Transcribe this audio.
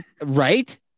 right